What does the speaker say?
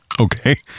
Okay